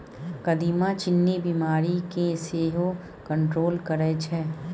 कदीमा चीन्नी बीमारी केँ सेहो कंट्रोल करय छै